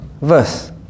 verse